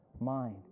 Mind